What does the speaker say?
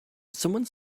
someone